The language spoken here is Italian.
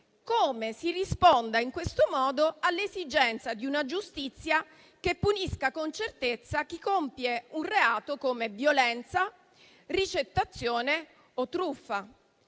come si risponda in questo modo all'esigenza di una giustizia che punisca con certezza chi compie un reato come violenza, ricettazione o truffa.